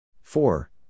four